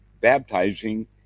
baptizing